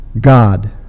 God